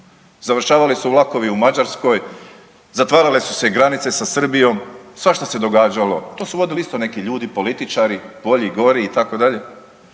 završavali su vlakovi u Mađarskoj, zatvarale su se i granice sa Srbijom, svašta se događalo. To su vodili isto neki ljudi političari, bolji, gori itd.,